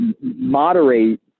moderate